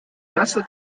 nasse